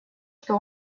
что